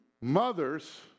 Mothers